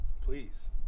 Please